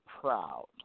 proud